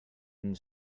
and